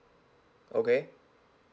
okay